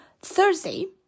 thursday